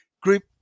group